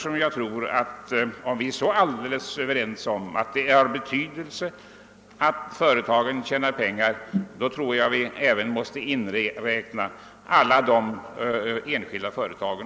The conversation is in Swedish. Om vi är överens om att det är av betydelse att företagen tjänar pengar måste vi därför även räkna med alla de enskilda företagen.